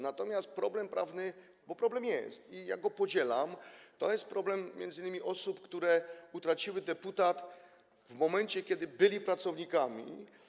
Natomiast problem prawny, bo problem jest i ja go podzielam, to problem m.in. osób, które utraciły deputat w momencie, gdy były pracownikami.